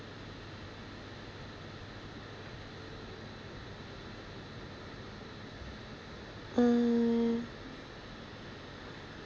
hmm